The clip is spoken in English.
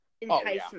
enticement